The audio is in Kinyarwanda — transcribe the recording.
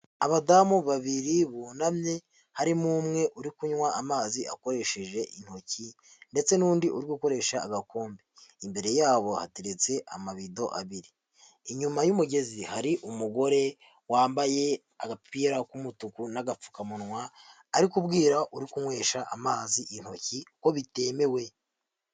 Abadamu babiri bunamye harimo umwe uri kunywa amazi akoresheje intoki ndetse n'undi uri gukoresha agakombe, imbere yabo hateretse amabido abiri, inyuma y'umugezi hari umugore wambaye agapira k'umutuku n'agapfukamunwa ari kubwira uri kunywesha amazi intoki ko bitemewe.